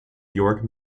york